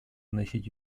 вносить